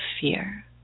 fear